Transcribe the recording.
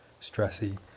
stressy